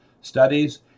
studies